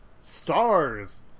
Stars